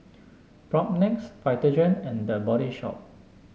Propnex Vitagen and The Body Shop